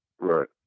Right